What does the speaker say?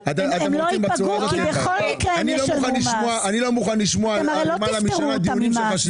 אני לא מוכן לשמוע על למעלה משנה של דיוני חשיבה,